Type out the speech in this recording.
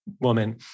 woman